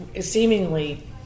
seemingly